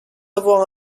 avoir